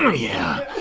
yeah,